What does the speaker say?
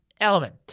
element